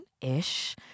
ish